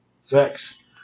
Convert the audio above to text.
Sex